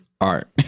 Art